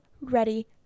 ready